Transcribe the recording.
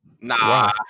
Nah